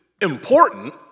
important